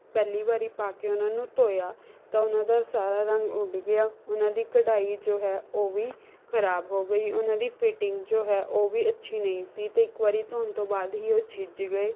ਪਹਿਲੀ ਵਾਰੀ ਪਾ ਕੇ ਉਨ੍ਹਾਂ ਨੂੰ ਧੋਇਆ ਤਾਂ ਉਨ੍ਹਾਂ ਦਾ ਸਾਰਾ ਰੰਗ ਉੱਡ ਗਿਆ ਉਹਨਾਂ ਦੀ ਕਢਾਈ ਜੋ ਹੈ ਉਹ ਵੀ ਖਰਾਬ ਹੋ ਗਈ ਉਨ੍ਹਾਂ ਦੀ ਫੀਟਿੰਗ ਜੋ ਹੈ ਉਹ ਵੀ ਅੱਛੀ ਨਹੀਂ ਸੀ ਅਤੇ ਇੱਕ ਵਾਰੀ ਧੋਣ ਤੋਂ ਬਾਅਦ ਹੀ ਉਹ ਛਿੱਜ ਗਏ